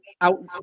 out